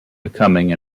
becoming